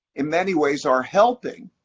in many ways, are helping,